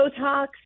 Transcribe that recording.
Botox